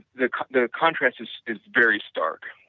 the the contrast is is very stark.